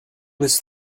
was